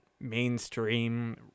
Mainstream